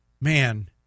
man